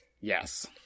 Yes